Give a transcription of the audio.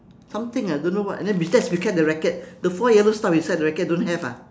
something ah don't know what just beside the racket the four yellow stuff beside the racket don't have ah